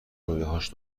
رویاهاشو